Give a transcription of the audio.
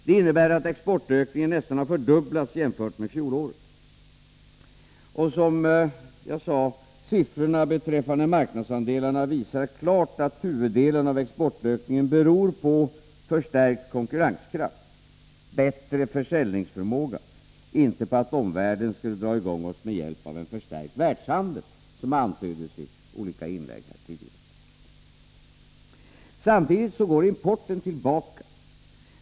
Det innebär att exportökningen nästan har fördubblats jämfört med förhållandena under fjolåret — och siffrorna beträffande marknadsandelarna visar, som jag sade, klart att huvuddelen av exportökningen beror på förstärkt konkurrenskraft, bättre försäljningsförmåga, inte på att omvärlden skulle dra i gång oss med hjälp av en förstärkt världshandel, som antyddes i olika inlägg här tidigare. Samtidigt går importen tillbaka.